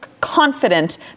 confident